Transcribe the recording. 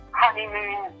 honeymoon